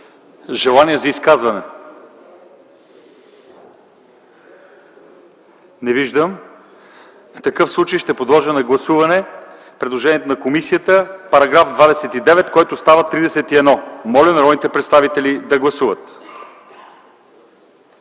желание за изказване? Не виждам. В такъв случай ще поставя на гласуване предложението на вносителя, а именно § 33, който става § 35. Моля народните представители да гласуват.